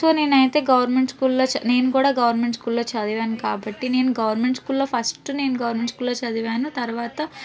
so నేనైతే government స్కూల్లో నేను కూడా గవర్నమెంట్ స్కూల్లో చదివాను కాబట్టి నేను గవర్నమెంట్ స్కూల్లో ఫస్ట్ నేను గవర్నమెంట్ స్కూల్లో చదివాను తర్వాత